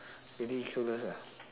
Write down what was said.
ridiculous ah